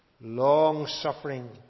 long-suffering